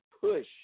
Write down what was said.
push